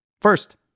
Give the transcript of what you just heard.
First